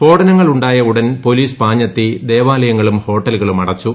സ്ഫോടനങ്ങൾ ഉണ്ടായ ഉടൻ പോലീസ് പാഞ്ഞെത്തി ദേവാലയങ്ങളും ഹോട്ടലുകളും അടച്ചു